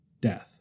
death